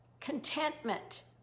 contentment